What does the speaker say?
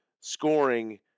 scoring